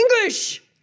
English